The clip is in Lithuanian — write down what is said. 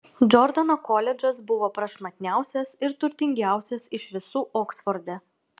džordano koledžas buvo prašmatniausias ir turtingiausias iš visų oksforde